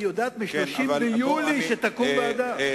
היא יודעת מ-30 ביולי שתקום ועדה.